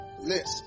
list